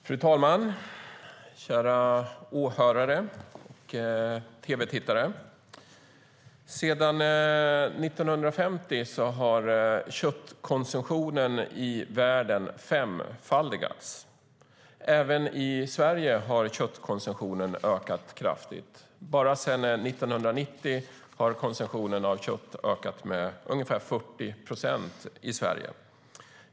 Fru talman, kära åhörare och tv-tittare! Sedan 1950 har köttkonsumtionen i världen femfaldigats. Även i Sverige har köttkonsumtionen ökat kraftigt. Bara sedan 1990 har konsumtionen av kött ökat med ungefär 40 procent i Sverige.